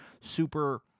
super